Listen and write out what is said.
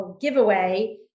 giveaway